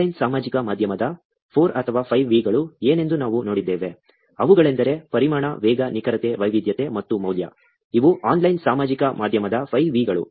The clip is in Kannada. ಆನ್ಲೈನ್ ಸಾಮಾಜಿಕ ಮಾಧ್ಯಮದ 4 ಅಥವಾ 5 V ಗಳು ಏನೆಂದು ನಾವು ನೋಡಿದ್ದೇವೆ ಅವುಗಳೆಂದರೆ ಪರಿಮಾಣ ವೇಗ ನಿಖರತೆ ವೈವಿಧ್ಯತೆ ಮತ್ತು ಮೌಲ್ಯ ಇವು ಆನ್ಲೈನ್ ಸಾಮಾಜಿಕ ಮಾಧ್ಯಮದ 5 V ಗಳು